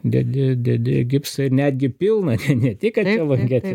dedi dedi gipsą ir netgi pilną ne tik apie langetę